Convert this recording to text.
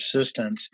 Assistance